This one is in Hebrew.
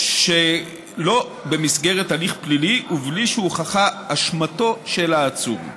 שלא במסגרת הליך פלילי ובלי שהוכחה אשמתו של העצור.